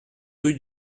rue